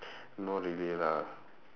not really lah